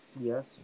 Yes